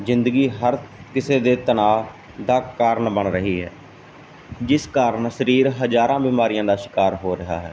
ਜ਼ਿੰਦਗੀ ਹਰ ਕਿਸੇ ਦੇ ਤਨਾਅ ਦਾ ਕਾਰਨ ਬਣ ਰਹੀ ਹੈ ਜਿਸ ਕਾਰਨ ਸਰੀਰ ਹਜ਼ਾਰਾਂ ਬਿਮਾਰੀਆਂ ਦਾ ਸ਼ਿਕਾਰ ਹੋ ਰਿਹਾ ਹੈ